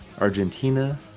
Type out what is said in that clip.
Argentina